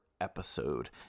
episode